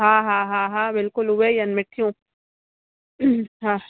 हा हा हा हा बिल्कुलु उहे ई आहिनि मिठियूं हा